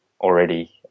already